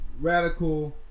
radical